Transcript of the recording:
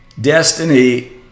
Destiny